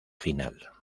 final